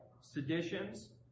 seditions